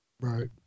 Right